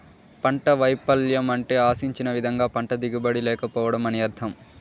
పంట వైపల్యం అంటే ఆశించిన విధంగా పంట దిగుబడి లేకపోవడం అని అర్థం